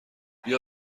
بیا